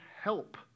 help